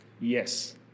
yes